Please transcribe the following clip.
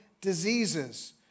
diseases